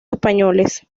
españoles